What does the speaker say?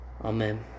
Amen